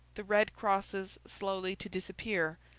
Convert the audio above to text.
the red crosses slowly to disappear,